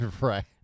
Right